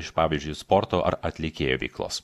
iš pavyzdžiui sporto ar atlikėjo veiklos